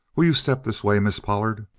will you step this way, miss pollard?